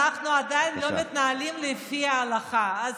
אנחנו עדיין לא מתנהלים לפי ההלכה.